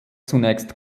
zunächst